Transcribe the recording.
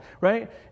right